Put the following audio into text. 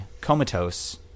comatose